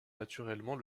naturellement